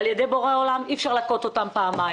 על ידי בורא עולם אי אפשר להכות אותם פעמיים.